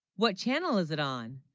what channel is it on